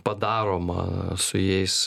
padaroma su jais